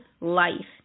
life